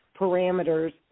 parameters